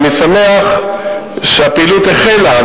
אני שמח שהפעילות החלה,